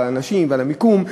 על האנשים ועל המיקום,